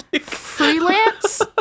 freelance